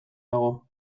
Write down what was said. dago